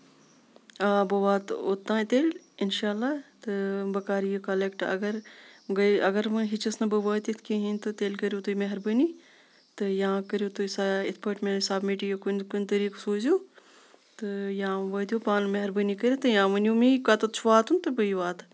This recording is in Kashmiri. بہٕ واتہٕ اوٚتانۍ تیٚلہِ ان شاء اللہ تہٕ بہٕ کَرٕ یہِ کَلیٚکٹ اَگر گٔیے اَگر وۄنۍ ہٮ۪چِس نہٕ بہٕ وٲتِتھ کِہینۍ تہٕ تیٚلہِ کٔرِو تُہۍ مہربٲنۍ تہٕ یا کٔرِو تُہۍ سۄ یِتھ پٲٹھۍ وۄنۍ سَبمِٹ یہِ کُنہِ طریٖقہٕ سوٗزِو تہٕ یا وٲتِو پانہٕ مہربٲنی کٔرِتھ یا ؤنیو مے کتَٮ۪تھ چھُ واتُن تہٕ بٕے واتہٕ